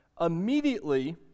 immediately